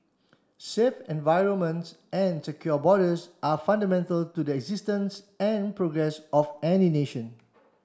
safe environments and secure borders are fundamental to the existence and progress of any nation